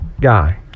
guy